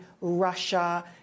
Russia